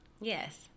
Yes